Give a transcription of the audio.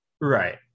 Right